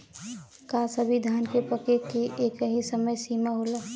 का सभी धान के पके के एकही समय सीमा होला?